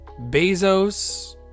Bezos